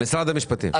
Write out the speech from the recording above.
משרד המשפטים.